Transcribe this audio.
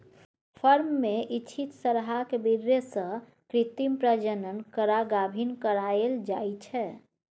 firm मे इच्छित सरहाक बीर्य सँ कृत्रिम प्रजनन करा गाभिन कराएल जाइ छै